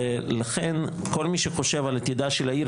ולכן כל מי שחושב על עתידה של העיר,